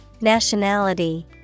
Nationality